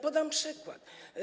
Podam przykład.